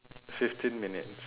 fifteen minutes